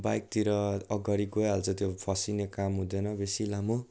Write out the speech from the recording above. बाइकतिर अगाडि गइहाल्छ त्यो फसिने काम हुँदैन बेसी लामो